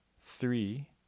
three